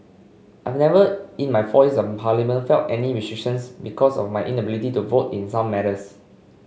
I've never in my four years in Parliament felt any restrictions because of my inability to vote in some matters